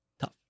Tough